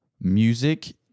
music